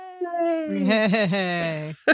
Yay